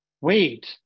wait